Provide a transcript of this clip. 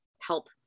help